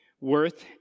worth